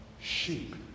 sheep